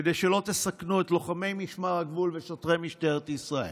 כדי שלא תסכנו את לוחמי משמר הגבול ושוטרי משטרת ישראל: